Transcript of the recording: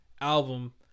album